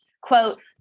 quote